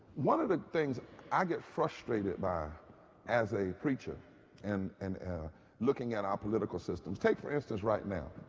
one of the things i get frustrated by as a preacher and and ah looking at the ah political systems. take, for instance, right now.